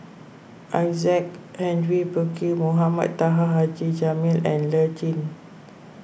Isaac Henry Burkill Mohamed Taha Haji Jamil and Lee Tjin